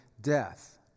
death